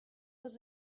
was